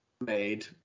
Made